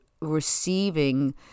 receiving